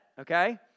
okay